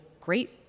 great